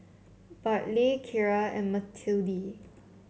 Bartley Kira and Matilde